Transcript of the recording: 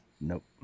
nope